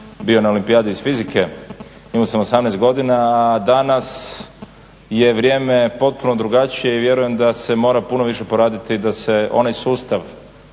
bio na Olimpijadi iz fizike, imao sam 18 godina, a danas je vrijeme potpuno drugačije i vjerujem da se mora puno više poraditi, da se onaj sustav